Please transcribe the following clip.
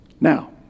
Now